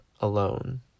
alone